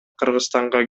кыргызстанга